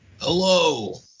Hello